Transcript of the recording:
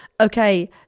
Okay